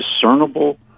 discernible